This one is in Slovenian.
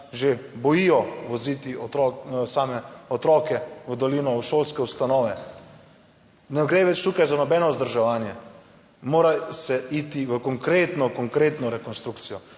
že bojijo voziti same otroke v dolino, v šolske ustanove. Ne gre več tukaj za nobeno vzdrževanje, mora se iti v konkretno, konkretno rekonstrukcijo